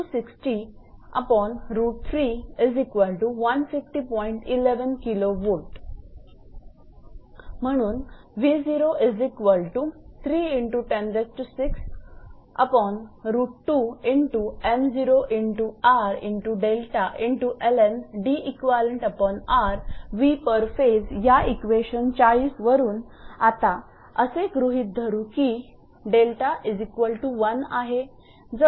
म्हणून या इक्वेशन 40 वरून आता असे गृहीत धरू की 𝛿1 आहे